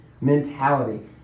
mentality